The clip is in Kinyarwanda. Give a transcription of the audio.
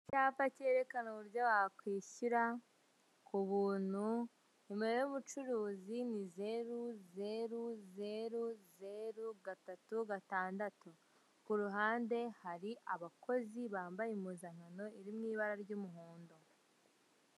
Icyapa cyerekana uburyo wakwishyura ku buntu. Nimero y'umucuruzi ni zeru, zeru, zeru, zeru, gatatu, gatandatu. Ku ruhande hari abakozi bambaye impuzankano iri mu ibara ry'umuhondo.